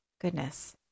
goodness